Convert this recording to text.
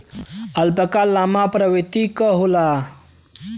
alpaca llama प्रवृत्ति क होला